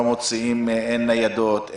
אין ניידות,